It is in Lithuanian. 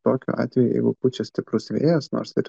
tokiu atveju jeigu pučia stiprus vėjas nors ir